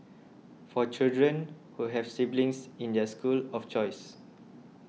for children who have siblings in their school of choice